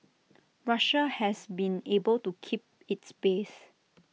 Russia has been able to keep its base